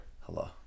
Hello